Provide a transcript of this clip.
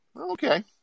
Okay